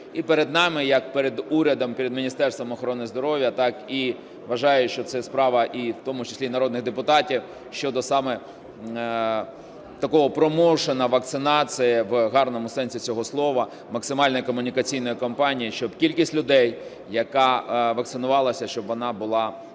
і перед нами як перед урядом, перед Міністерством охорони здоров'я, так і, вважаю, що це справа в тому числі народних депутатів – щодо саме такого промоушену вакцинації в гарному сенсі цього слова, максимальної комунікаційної кампанії. Щоб кількість людей, яка вакцинувалася, щоб вона була набагато